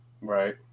right